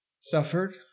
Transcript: Suffered